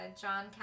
John